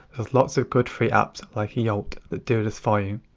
there's lots of good free apps like yolt that do this for you.